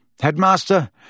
Headmaster